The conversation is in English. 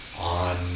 on